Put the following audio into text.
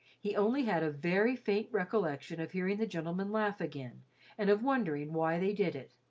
he only had a very faint recollection of hearing the gentlemen laugh again and of wondering why they did it.